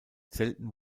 selten